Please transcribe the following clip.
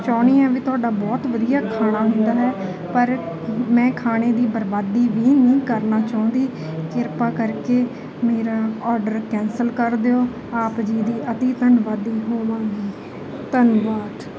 ਚਾਹੁੰਦੀ ਹੈ ਵੀ ਤੁਹਾਡਾ ਬਹੁਤ ਵਧੀਆ ਖਾਣਾ ਹੁੰਦਾ ਹੈ ਪਰ ਮੈਂ ਖਾਣੇ ਦੀ ਬਰਬਾਦੀ ਵੀ ਨਹੀਂ ਕਰਨਾ ਚਾਹੁੰਦੀ ਕਿਰਪਾ ਕਰਕੇ ਮੇਰਾ ਆਰਡਰ ਕੈਂਸਲ ਕਰ ਦਿਓ ਆਪ ਜੀ ਦੀ ਅਤੀ ਧੰਨਵਾਦੀ ਹੋਵਾਂਗੀ ਧੰਨਵਾਦ